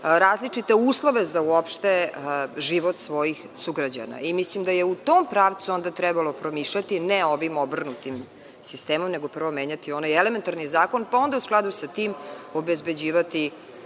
različite uslove za život svojih sugrađana. Mislim da je u tom pravcu trebalo onda promišljati, ne ovim obrnutim sistemom, nego prvo menjati onaj elementarni zakon, pa onda u skladu sa tim obezbeđivati